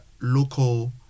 local